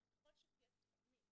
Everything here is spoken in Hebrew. אבל ככל שתהיה תוכנית